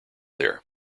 there